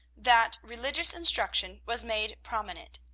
that religious instruction was made prominent.